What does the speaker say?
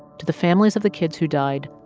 to the families of the kids who died,